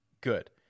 good